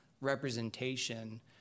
representation